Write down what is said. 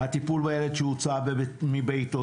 הטיפול בילד שהוצא מביתו,